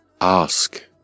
Ask